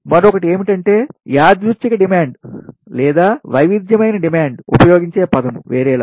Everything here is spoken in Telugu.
మరొకటి ఏమిటంటే యాదృచ్చిక డిమాండ్ లేదా వైవిధ్యమైన డిమాండ్ను ఉపయోగించే పదము వేరేలా